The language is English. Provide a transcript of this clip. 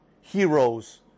heroes